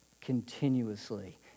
continuously